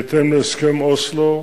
בהתאם להסכם אוסלו,